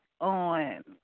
on